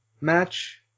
match